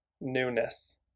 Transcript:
Newness